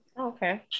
Okay